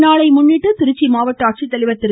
இத்தினத்தை முன்னிட்டு திருச்சி மாவட்ட ஆட்சித்தலைவர் திரு